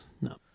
No